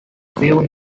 few